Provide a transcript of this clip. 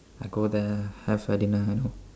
I go there have a dinner and then